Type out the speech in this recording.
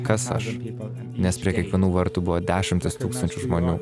kas aš nes prie kiekvienų vartų buvo dešimtys tūkstančių žmonių